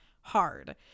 hard